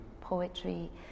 poetry